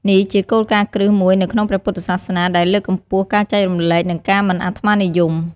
សាមគ្គីភាពសហគមន៍ ជាការទទួលភ្ញៀវបែបនេះជួយពង្រឹងចំណងមិត្តភាព និងសាមគ្គីភាពក្នុងសហគមន៍ពុទ្ធសាសនិក។